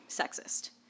sexist